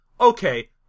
okay